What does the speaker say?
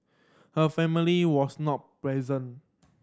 her family was not present